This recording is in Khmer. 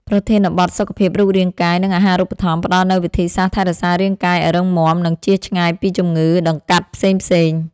ប្រធានបទ សុខភាពរូបរាងកាយ និងអាហារូបត្ថម្ភ ផ្ដល់នូវវិធីសាស្ត្រថែរក្សារាងកាយឱ្យរឹងមាំ និងជៀសឆ្ងាយពីជំងឺដង្កាត់ផ្សេងៗ។